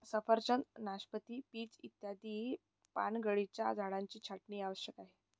सफरचंद, नाशपाती, पीच इत्यादी पानगळीच्या झाडांची छाटणी आवश्यक आहे